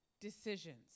decisions